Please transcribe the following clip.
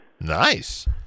Nice